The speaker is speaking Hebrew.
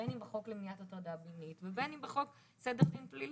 בין אם היא בחוק למניעת הטרדה מינית ובין אם בחוק סדר דין פלילי.